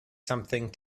something